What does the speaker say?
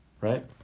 right